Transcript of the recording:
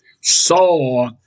saw